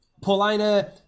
Paulina